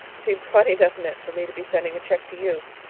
it seems funny, doesn't it, for me to be sending a cheque to you?